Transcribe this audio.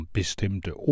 bestemte